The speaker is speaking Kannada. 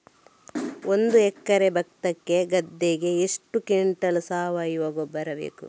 ಒಂದು ಎಕರೆ ಭತ್ತದ ಗದ್ದೆಗೆ ಎಷ್ಟು ಕ್ವಿಂಟಲ್ ಸಾವಯವ ಗೊಬ್ಬರ ಬೇಕು?